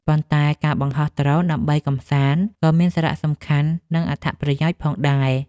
ប៉ុន្តែការបង្ហោះដ្រូនដើម្បីកម្សាន្ត ក៏មានសារៈសំខាន់ និងអត្ថប្រយោជន៍ផងដែរ។